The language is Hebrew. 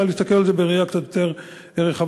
אלא להסתכל על זה בראייה קצת יותר רחבה.